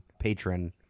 patron